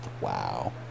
Wow